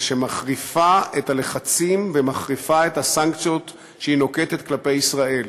ושמחריפה את הלחצים ומחריפה את הסנקציות שהיא נוקטת כלפי ישראל.